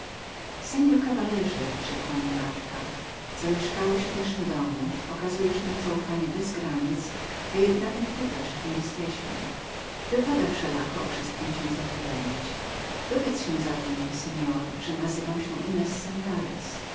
caballero rzekła mi matka zamieszkałeś w naszym domu okazujesz nam zaufanie bez granic a jednak nie pytasz co jesteśmy za jedne wypada wszelako o wszystkiem cię uwiadomić dowiedz się zatem seor że nazywam się inez santarez i